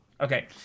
Okay